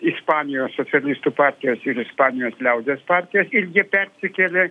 ispanijos socialistų partijos ir ispanijos liaudies partijos ir jie persikėlė